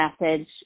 message